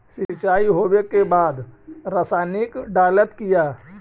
सीचाई हो बे के बाद रसायनिक डालयत किया?